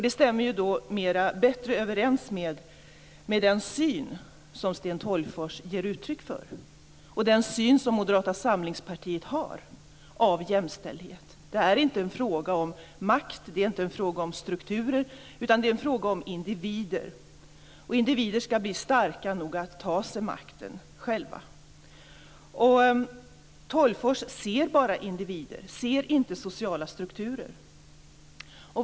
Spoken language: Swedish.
Det stämmer bättre överens med den syn som Sten Tolgfors ger uttryck för och den syn som Moderata samlingspartiet har när det gäller jämställdheten. Det är inte en fråga om makt och det är inte en fråga om strukturer, utan det är det en fråga om individer, och individer skall bli starka nog att ta sig makten själva. Sten Tolgfors ser bara individer. Han ser inte sociala strukturer.